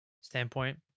standpoint